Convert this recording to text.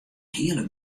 hiele